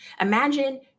Imagine